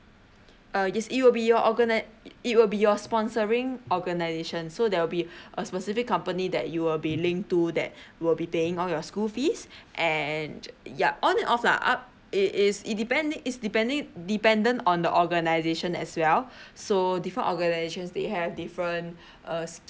uh yes it will be your organise it will be your sponsoring organisation so there will be a specific company that you will be linked to that will be paying all your school fees and yup on and off lah up it is it depends it is depending dependent on the organisation as well so different organisations they have different uh